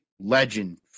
legend